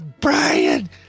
Brian